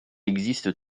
existe